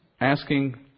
asking